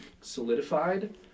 solidified